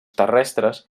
terrestres